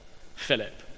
Philip